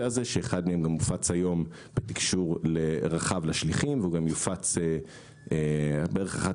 הזה שאחד מהם גם הופץ היום באופן נרחב לשליחים והוא גם יופץ בערך אחת